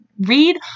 read